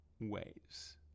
ways